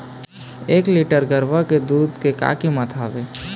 एक लीटर गरवा के दूध के का कीमत हवए?